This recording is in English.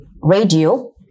radio